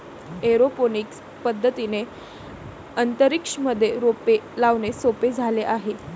aeroponics पद्धतीने अंतरिक्ष मध्ये रोपे लावणे सोपे झाले आहे